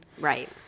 Right